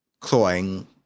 clawing